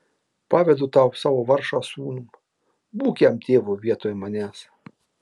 pavedu tau savo vargšą sūnų būk jam tėvu vietoj manęs